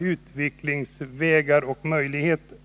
utvecklingsmöjligheter.